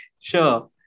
Sure